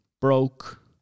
broke